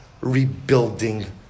rebuilding